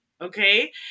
Okay